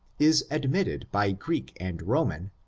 is admitted by greek and roman,